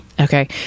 Okay